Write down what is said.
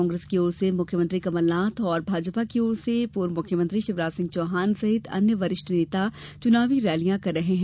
कांग्रेस की ओर से मुख्यमंत्री कमलनाथ और भाजपा की ओर से पूर्व मुख्यमंत्री शिवराज सिंह चौहान सहित अन्य वरिष्ठ नेता चुनावी रैलियां कर रहे हैं